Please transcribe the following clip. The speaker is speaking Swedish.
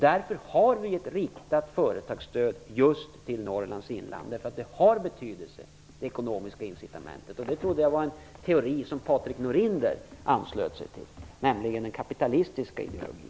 Vi har ett riktat företagstöd just till Norrlands inland därför att de ekonomiska incitamenten har betydelse. Jag trodde att detta var en teori som Patrik Norinder ansluter sig till, nämligen den kapitalistiska ideologin.